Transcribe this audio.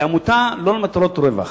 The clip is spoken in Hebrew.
היא עמותה שלא למטרות רווח,